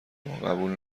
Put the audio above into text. ما، قبول